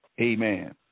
Amen